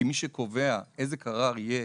כי מי שקובע איזה קרר יהיה